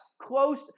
close